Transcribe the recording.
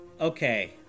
Okay